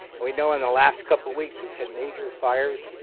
and we know in the last couple of weeks we've had major fires.